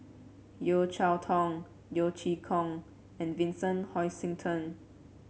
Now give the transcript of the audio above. Yeo Cheow Tong Yeo Chee Kiong and Vincent Hoisington